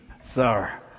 sir